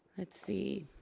let's see.